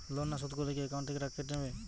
Loan না শোধ করলে কি একাউন্ট থেকে টাকা কেটে নেবে?